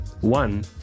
one